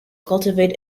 cultivate